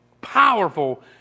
powerful